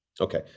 Okay